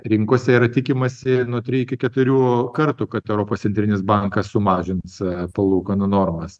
rinkose yra tikimasi nuo trijų iki keturių kartų kad europos centrinis bankas sumažins palūkanų normas